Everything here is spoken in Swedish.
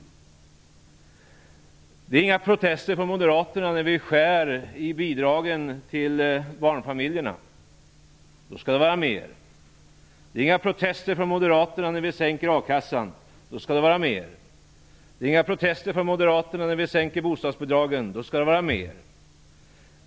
Det kommer inga protester från moderaterna när vi skär i bidragen till barnfamiljerna. Då skall de vara med. Det kommer inga protester från moderaterna när vi sänker a-kassan. Då skall de vara med. Det kommer inga protester från moderaterna när vi sänker bostadsbidragen. Då skall de vara med.